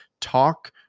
talk